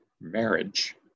marriage